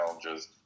challenges